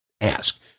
ask